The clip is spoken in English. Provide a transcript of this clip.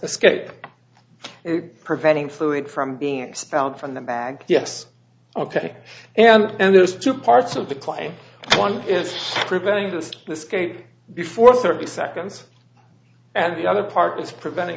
escape preventing fluid from being expelled from the bag yes ok and there's two parts of the claim one is preventing just the skate before thirty seconds and the other part is preventing